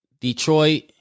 Detroit